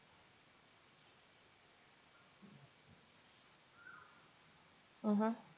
mmhmm